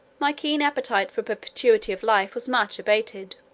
my keen appetite for perpetuity of life was much abated.